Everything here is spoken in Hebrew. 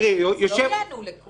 שלא יענו לכולם.